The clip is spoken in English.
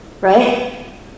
Right